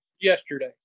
yesterday